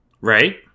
right